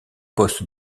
poste